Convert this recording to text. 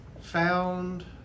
found